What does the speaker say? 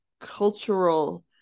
cultural